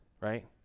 right